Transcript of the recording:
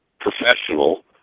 professional